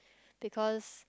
because